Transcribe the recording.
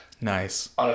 Nice